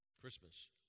Christmas